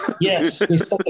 Yes